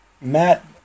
Matt